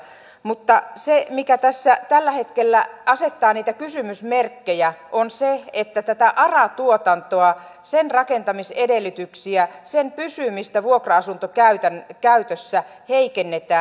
mutta se mikä tässä tällä hetkellä asettaa niitä kysymysmerkkejä on se että tätä ara tuotantoa sen rakentamisedellytyksiä sen pysymistä vuokra asuntokäytössä heikennetään